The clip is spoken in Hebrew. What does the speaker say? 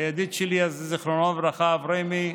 הידיד שלי הזה, זיכרונו לברכה, אבריימי,